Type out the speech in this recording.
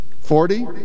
Forty